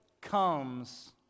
comes